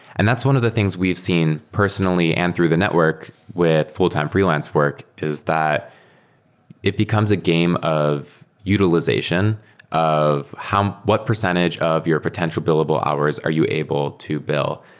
and that's one of the things we've seen personally and through the network with full-time freelance work, is that it becomes a game of utilization of what percentage of your potential billable hours are you able to bill.